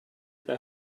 their